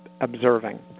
observing